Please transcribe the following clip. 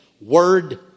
Word